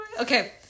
Okay